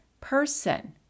person